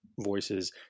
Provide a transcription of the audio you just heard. voices